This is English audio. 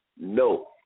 no